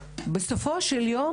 בסופו של יום,